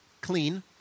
Clean